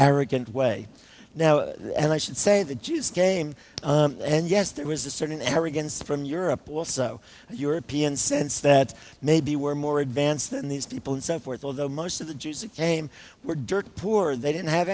arrogant way now and i should say the jews game and yes there was a certain arrogance from europe also european sense that maybe were more advanced than these people and so forth although most of the jews who came were dirt poor they didn't have